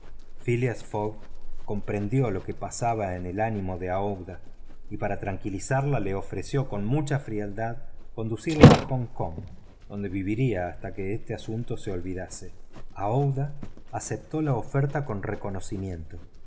fogg comprendió lo que pasaba en el ánimo de aouida y para tranquilizarla le ofreció con mucha frialdad conducirla a hong kong donde viviría hasta que este asunto se olvidase aouida aceptó la oferta con reconocimiento